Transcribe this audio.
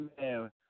man